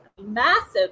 massive